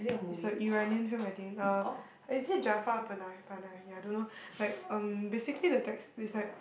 is a Iranian film I think uh is it Jafar-Panahi Panahi ya I don't know like um basically the tax it's like